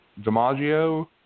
DiMaggio